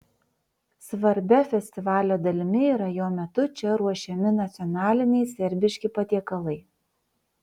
svarbia festivalio dalimi yra jo metu čia ruošiami nacionaliniai serbiški patiekalai